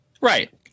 right